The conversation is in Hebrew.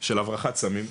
של הברחת סמים,